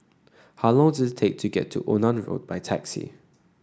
how long does it take to get to Onan Road by taxi